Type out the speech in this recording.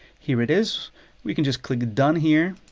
here it is we can just click done here.